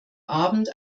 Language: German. abend